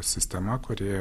sistema kuri